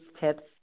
tips